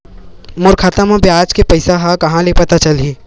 मोर खाता म ब्याज के पईसा ह कहां ले पता चलही?